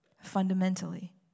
fundamentally